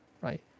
right